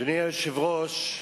אדוני היושב-ראש,